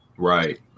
Right